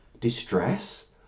Distress